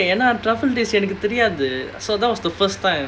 ஏனா:yaenaa truffle எனக்கு தெரியாது:enakku theriyaathu so that was the first time